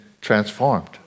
transformed